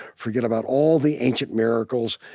forget about all the ancient miracles,